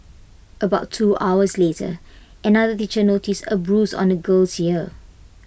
about two hours later another teacher noticed A bruise on the girl's ear